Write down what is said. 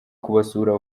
kubasura